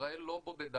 ישראל לא בודדה.